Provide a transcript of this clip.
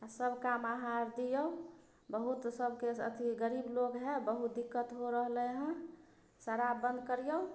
सब काम अहाँ आर दिऔ बहुत सभके अथी गरीब लोक हइ बहुत दिक्कत हो रहलै हँ शराब बन्द करिऔ